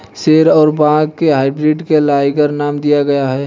शेर और बाघ के हाइब्रिड को लाइगर नाम दिया गया है